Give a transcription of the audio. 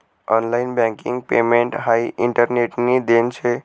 online banking payment हाई इंटरनेटनी देन शे